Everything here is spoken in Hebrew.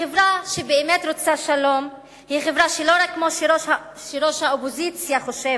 חברה שבאמת רוצה שלום היא חברה שלא רק כמו שראש האופוזיציה חושבת,